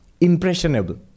impressionable